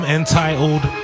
entitled